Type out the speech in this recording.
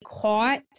caught